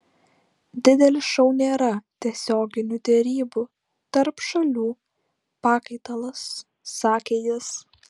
didelis šou nėra tiesioginių derybų tarp šalių pakaitalas sakė jis